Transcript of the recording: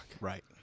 right